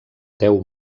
deu